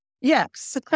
Yes